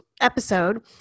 episode